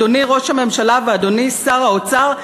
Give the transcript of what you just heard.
אדוני ראש הממשלה ואדוני שר האוצר,